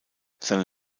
seine